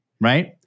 right